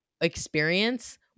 experience